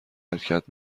حرکت